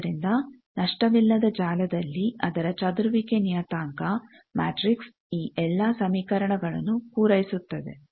ಆದ್ದರಿಂದ ನಷ್ಟವಿಲ್ಲದ ಜಾಲದಲ್ಲಿ ಅದರ ಚದುರುವಿಕೆ ನಿಯತಾಂಕ ಮ್ಯಾಟ್ರಿಕ್ಸ್ ಈ ಎಲ್ಲ ಸಮೀಕರಣಗಳನ್ನು ಪೂರೈಸುತ್ತದೆ